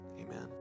Amen